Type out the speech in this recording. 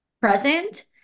present